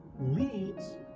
leads